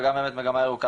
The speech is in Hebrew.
וגם באמת מגמה ירוקה,